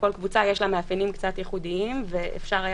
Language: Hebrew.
שלכל קבוצה יש מאפיינים ייחודיים ואפשר היה